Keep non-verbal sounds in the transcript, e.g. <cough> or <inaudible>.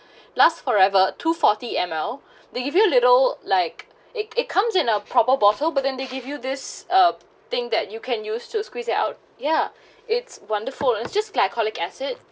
last forever two forty M_L <breath> they give you a little like it it comes in a proper bottle but then they give you this uh thing that you can use to squeeze it out ya <breath> it's wonderful it's just glycolic acid